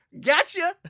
Gotcha